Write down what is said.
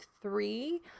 three